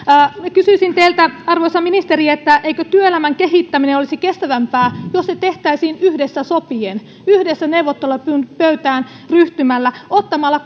kysyisin teiltä arvoisa ministeri eikö työelämän kehittäminen olisi kestävämpää jos se tehtäisiin yhdessä sopien yhdessä neuvottelupöytään ryhtymällä ottamalla